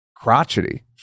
crotchety